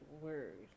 word